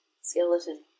skeleton